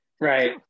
Right